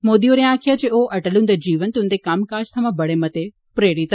मोदी होरें आक्खेआ जे ओह् अटल हुंदे जीवन ते उंदे कम्म थमां बड़े मते प्रेरित न